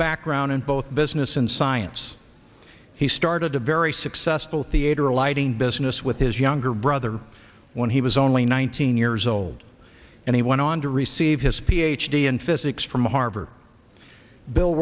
background in both business and science he started a very successful theater lighting business with his younger brother when he was only nineteen years oh old and he went on to receive his ph d in physics from harvard bill